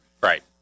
right